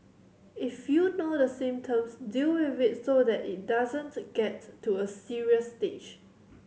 if you know the symptoms deal with it so that it doesn't get to a serious stage